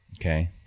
okay